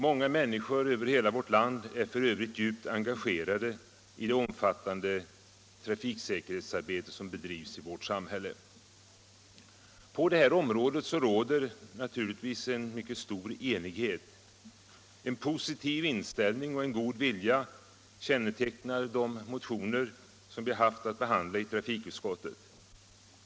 Många människor över hela vårt land är f. ö. djupt engagerade i det omfattande trafiksäkerhetsarbete som bedrivs i vårt samhälle. På det här området råder också mycket stor enighet. En positiv inställning och god vilja kännetecknar de motioner vi har haft att behandla i trafikutskottet.